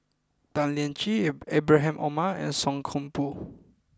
Tan Lian Chye Ibrahim Omar and Song Koon Poh